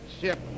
ship